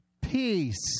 peace